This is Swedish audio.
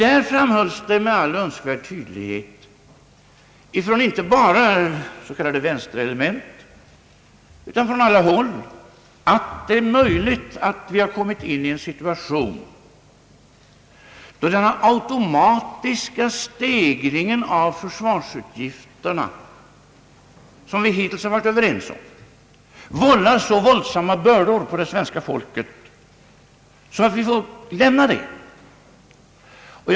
Där framhölls med all önskvärd tydlighet, inte bara från s.k. vänsterelement, utan från alla håll att det är möjligt att vi har kommit in i en situation då de automatiska stegringar av försvarsutgifterna, som vi hittills varit överens om, medför så våldsamma bördor för det svenska folket att vi måste avstå från att täcka dem.